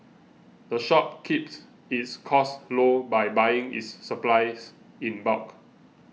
the shop keeps its costs low by buying its supplies in bulk